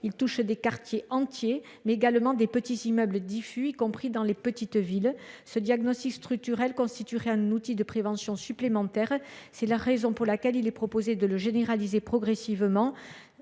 Il touche des quartiers entiers, mais également des petits immeubles diffus, y compris dans les petites villes. Ce diagnostic structurel constituerait un outil de prévention supplémentaire. C’est pourquoi nous proposons de le généraliser progressivement